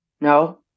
no